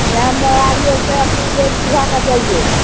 एहन नहि आबियै से अथी बेइजत्ती भए कऽ जैयै